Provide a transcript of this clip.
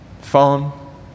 Phone